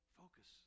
focus